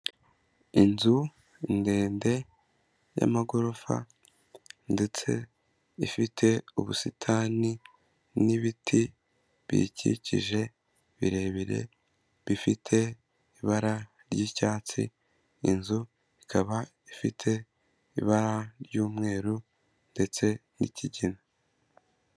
Inzu ndende y'amagorofa, ndetse ifite ubusitani n'ibiti biyikikije birebire bifite ibara ry'icyatsi, inzu ikaba ifite ibara ry'umweru ndetse n'ikigina.